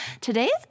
Today's